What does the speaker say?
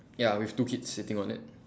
ya with two kids sitting on it